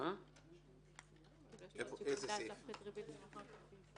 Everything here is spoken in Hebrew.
יש לו עוד שיקול דעת להפחית ריבית גם אחר כך.